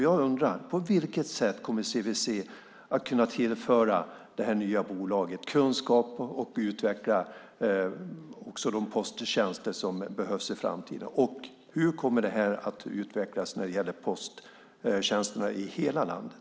Jag undrar: På vilket sätt kommer CVC att kunna tillföra det nya bolaget kunskap och utveckla de posttjänster som behövs i framtiden? Och hur kommer utvecklingen att bli när det gäller posttjänsterna i hela landet?